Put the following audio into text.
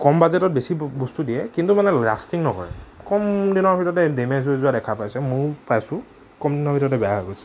কম বাজেটত বেছি বস্তু দিয়ে কিন্তু মানে লাষ্টিং নহয় কম দিনৰ ভিততে ডেমেজ হৈ যোৱা দেখা পাইছে মোৰ পাইছোঁ কম দিনৰ ভিতৰতে বেয়া হৈ গৈছে